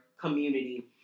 community